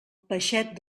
peixet